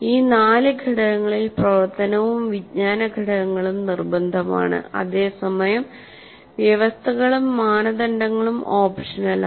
ഈ നാല് ഘടകങ്ങളിൽ പ്രവർത്തനവും വിജ്ഞാന ഘടകങ്ങളും നിർബന്ധമാണ് അതേസമയം വ്യവസ്ഥകളും മാനദണ്ഡങ്ങളും ഓപ്ഷണലാണ്